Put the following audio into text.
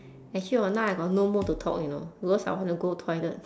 actually orh now I got no mood to talk you know because I want to go toilet